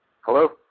Hello